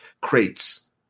crates